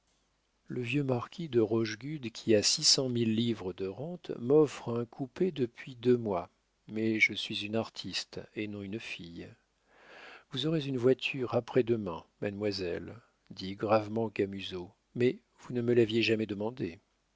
le vieux marquis de rochegude qui a six cent mille livres de rente m'offre un coupé depuis deux mois mais je suis une artiste et non une fille vous aurez une voiture après-demain mademoiselle dit gravement camusot mais vous ne me l'aviez jamais demandée